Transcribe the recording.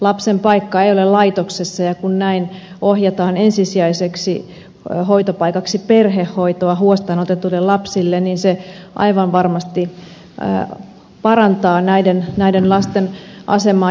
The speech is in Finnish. lapsen paikka ei ole laitoksessa ja kun näin ensisijaiseksi hoitopaikaksi ohjataan perhehoitoa huostaanotetuille lapsille se aivan varmasti parantaa näiden lasten asemaa